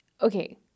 okay